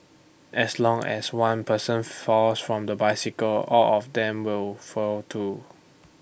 as long as one person falls from the bicycle all of them will fall too